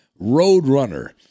Roadrunner